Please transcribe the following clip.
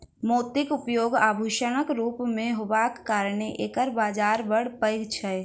मोतीक उपयोग आभूषणक रूप मे होयबाक कारणेँ एकर बाजार बड़ पैघ छै